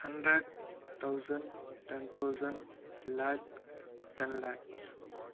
hundred thousand ten thousand lakh ten lakhs